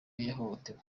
yahohotewe